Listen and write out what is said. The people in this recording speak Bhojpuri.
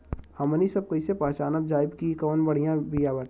हमनी सभ कईसे पहचानब जाइब की कवन बिया बढ़ियां बाटे?